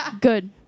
Good